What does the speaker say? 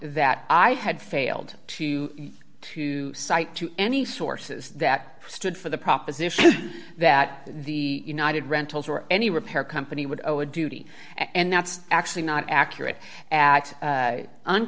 that i had failed to to cite to any sources that stood for the proposition that the united rentals or any repair company would owe a duty and that's actually not accurate at